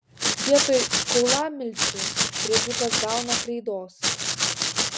vietoj kaulamilčių briedžiukas gauna kreidos